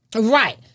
Right